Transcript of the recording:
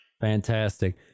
Fantastic